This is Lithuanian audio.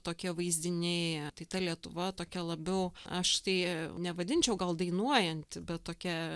tokie vaizdiniai tai ta lietuva tokia labiau aš tai nevadinčiau gal dainuojanti bet tokia